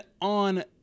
on